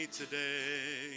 today